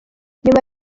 nyuma